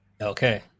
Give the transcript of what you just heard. Okay